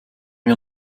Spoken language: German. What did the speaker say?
wir